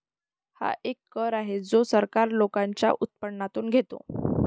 हा एक कर आहे जो सरकार लोकांच्या उत्पन्नातून घेते